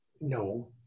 No